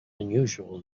unusual